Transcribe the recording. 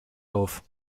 auf